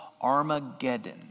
Armageddon